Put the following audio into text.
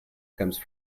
comes